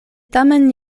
tamen